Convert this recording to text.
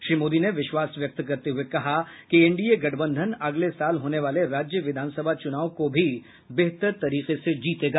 श्री मोदी ने विश्वास व्यक्त करते हुए कहा कि एनडीए गठबंधन अगले साल होने वाले राज्य विधानसभा चुनाव को भी बेहतर तरीके से जीतेगा